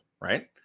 right